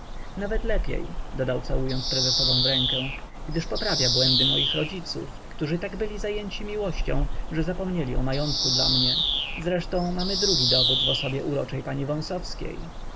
nawet lepiej dodał całując prezesową w rękę gdyż poprawia błędy moich rodziców którzy tak byli zajęci miłością że zapomnieli o majątku dla mnie zresztą mamy drugi dowód w osobie uroczej pani